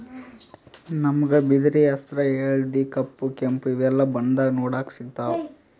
ನಮ್ಗ್ ಬಿದಿರ್ ಹಸ್ರ್ ಹಳ್ದಿ ಕಪ್ ಕೆಂಪ್ ಇವೆಲ್ಲಾ ಬಣ್ಣದಾಗ್ ನೋಡಕ್ ಸಿಗ್ತಾವ್